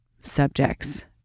subjects